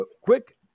quick